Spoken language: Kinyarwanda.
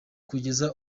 kugeza